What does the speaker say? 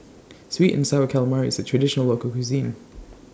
Sweet and Sour Calamari IS A Traditional Local Cuisine